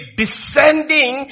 descending